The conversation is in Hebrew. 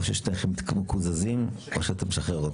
וגם שם אמרנו שזה רק מי שיש לו יותר יבוא לפי הפקודה.